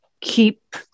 keep